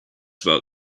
about